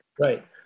Right